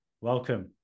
welcome